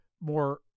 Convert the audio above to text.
more